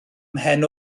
mhen